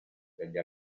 degli